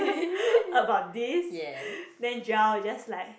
about this then Joel just like